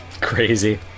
crazy